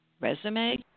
resume